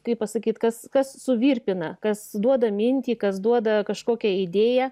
kaip pasakyt kas kas suvirpina kas duoda mintį kas duoda kažkokią idėją